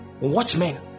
watchmen